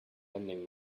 lending